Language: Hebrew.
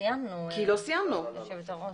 סיימנו, יושבת הראש.